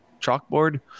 chalkboard